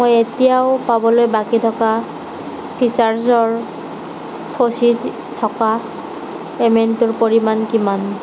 মই এতিয়াও পাবলৈ বাকী থকা ফ্ৰীচাৰ্জৰ ফচি থকা পে'মেণ্টটোৰ পৰিমাণ কিমান